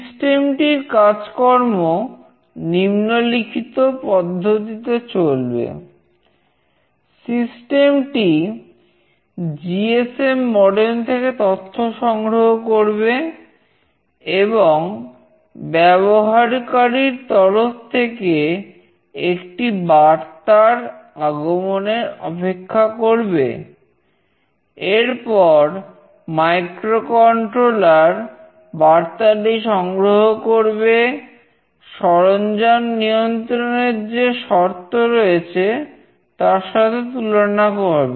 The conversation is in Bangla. সিস্টেম বার্তাটি সংগ্রহ করবে সরঞ্জাম নিয়ন্ত্রণের যে শর্ত রয়েছে তার সাথে তুলনা হবে